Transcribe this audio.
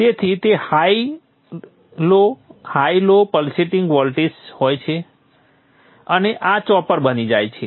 તેથી તે high low high low pulsating voltage હોય છે અને આ ચોપર બની જાય છે